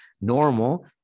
normal